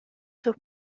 sus